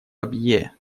абьее